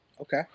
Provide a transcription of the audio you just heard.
Okay